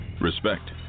respect